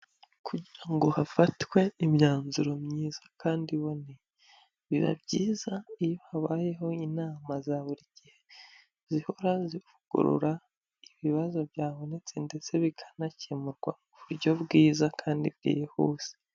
Kugira ngo hafatwe imyanzuro myiza kandi iboneye, biba byiza iyo habayeho inama za buri gihe zihora zivugurura ibibazo byabonetse ndetse bikanakemurwa mu buryo bwiza kandi bwihuse.